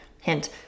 hint